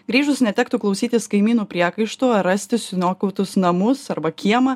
grįžus netektų klausytis kaimynų priekaištų ar rasti suniokotus namus arba kiemą